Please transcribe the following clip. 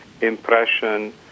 impression